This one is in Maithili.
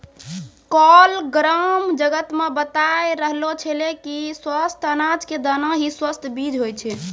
काल ग्राम जगत मॅ बताय रहलो छेलै कि स्वस्थ अनाज के दाना हीं स्वस्थ बीज होय छै